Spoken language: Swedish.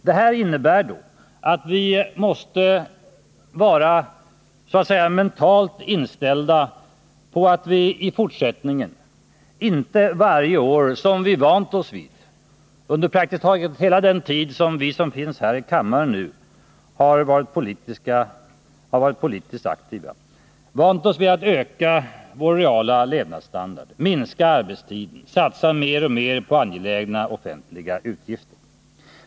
Detta innebär att vi måste vara så att säga mentalt inställda på att vi i fortsättningen inte varje år — som vi vant oss vid under praktiskt taget hela den tid som vi som finns här i kammaren har varit politiskt aktiva — kan höja vår reala levnadsstandard, minska arbetstiden, satsa mer och mer på angelägna offentliga uppgifter.